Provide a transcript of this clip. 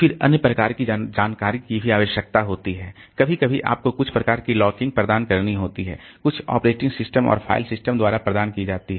फिर अन्य प्रकार की जानकारी की भी आवश्यकता होती है कभी कभी आपको कुछ प्रकार की लॉकिंग प्रदान करनी होती है कुछ ऑपरेटिंग सिस्टम और फ़ाइल सिस्टम द्वारा प्रदान की जाती है